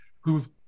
who've